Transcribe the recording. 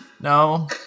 No